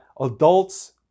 adults